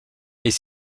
est